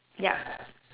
ya